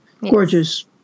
gorgeous